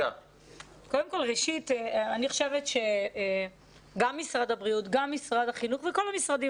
קודם כל אני חושבת שגם משרד הבריאות וגם משרד החינוך וכל המשרדים